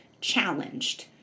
challenged